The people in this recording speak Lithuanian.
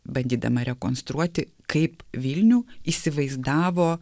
bandydama rekonstruoti kaip vilnių įsivaizdavo